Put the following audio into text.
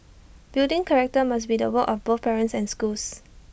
building character must be the work of both parents and schools